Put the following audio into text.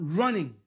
running